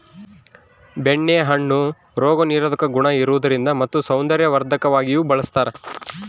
ಬೆಣ್ಣೆ ಹಣ್ಣು ರೋಗ ನಿರೋಧಕ ಗುಣ ಇರುವುದರಿಂದ ಮತ್ತು ಸೌಂದರ್ಯವರ್ಧಕವಾಗಿಯೂ ಬಳಸ್ತಾರ